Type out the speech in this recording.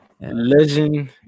Legend